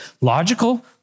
Logical